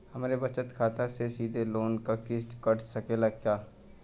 हमरे बचत खाते से सीधे लोन क किस्त कट सकेला का?